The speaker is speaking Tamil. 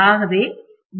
ஆகவே டி